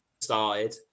started